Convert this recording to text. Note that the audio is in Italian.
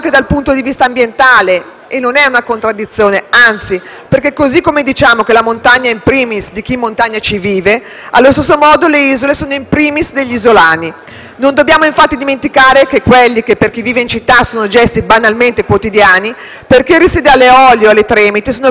(e non è una contraddizione, anzi): così come diciamo che la montagna è *in primis* di chi ci vive, allo stesso modo le isole sono *in primis* degli isolani. Non dobbiamo infatti dimenticare che quelli che per chi vive in città sono gesti banalmente quotidiani, per chi risiede nelle Eolie o nelle Tremiti sono operazioni molto complicate.